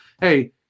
hey –